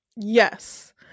Yes